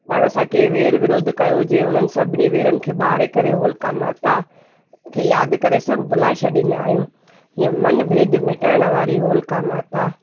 पाण सां कंहिं वेर विरोध कयो हुजे उन्हनि सभिनी वेरनि खे ॿारे करे होलिका माता खे यादि करे सभु भुलाए छॾींदा आहियूं ईअं मन भेद मिटाइण वारी होलिका माता